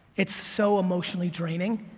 it's so emotionally draining,